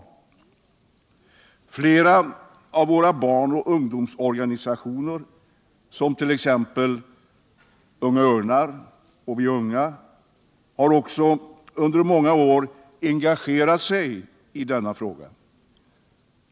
Flera av våra barnoch ungdomsorganisationer, t.ex. Unga örnar och Vi unga, har också under många år engagerat sig i denna fråga.